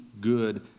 good